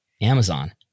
Amazon